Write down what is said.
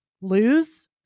lose